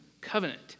covenant